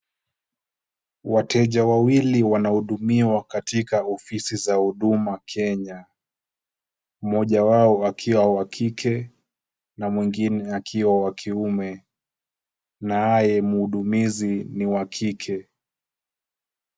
Wateja wawili wanahudumiwa katika ofisi za huduma Kenya, mmoja wao akiwa wa kike na mwingine akiwa wa kiume, naye muhudumizi ni wa kike.